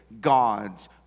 God's